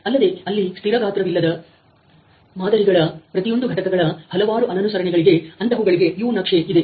ಅಲ್ಲದೆ ಅಲ್ಲಿ ಸ್ಥಿರ ಗಾತ್ರವಿಲದ ಮಾದರಿಗಳ ಪ್ರತಿಯೊಂದು ಘಟಕಗಳ ಹಲವಾರು ಅನನುಸರಣೆಗಳಿಗೆ ಅಂಥವುಗಳಿಗೆ U ನಕ್ಷೆ ಇದೆ